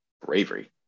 bravery